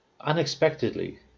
unexpectedly